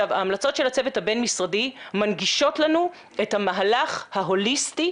ההמלצות של הצוות הבין משרדי מנגישות לנו את המהלך ההוליסטי,